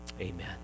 Amen